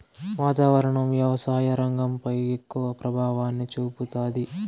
వాతావరణం వ్యవసాయ రంగంపై ఎక్కువ ప్రభావాన్ని చూపుతాది